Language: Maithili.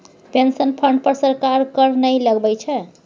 पेंशन फंड पर सरकार कर नहि लगबै छै